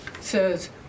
says